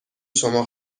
شما